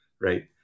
right